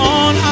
on